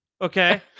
Okay